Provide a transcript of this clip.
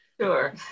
sure